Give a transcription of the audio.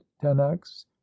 tenax